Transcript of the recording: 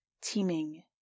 teeming